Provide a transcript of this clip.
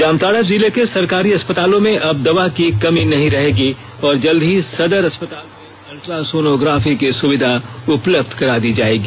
जामताड़ा जिले के सरकारी अस्पतालों में अब दवा की कमी नहीं रहेगी और जल्द ही सदर अस्पताल में अल्ट्रा सोनोग्राफी की सुविधा उपलब्ध करा दी जाएगी